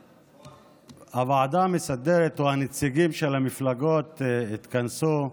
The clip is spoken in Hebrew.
הוועדה המסדרת או הנציגים של המפלגות התכנסו אתמול,